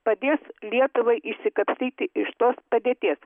padės lietuvai išsikapstyti iš tos padėties